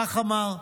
כך אמר.